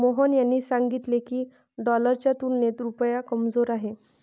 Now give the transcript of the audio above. मोहन यांनी सांगितले की, डॉलरच्या तुलनेत रुपया कमजोर आहे